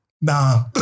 nah